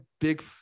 big